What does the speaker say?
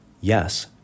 Yes